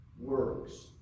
works